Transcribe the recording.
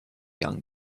young